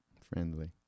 Friendly